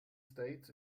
states